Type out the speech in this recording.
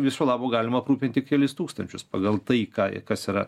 viso labo galima aprūpinti kelis tūkstančius pagal tai ką i kas yra